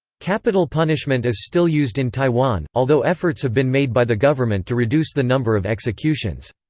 capital punishment is still used in taiwan, although efforts have been made by the government to reduce the number of executions.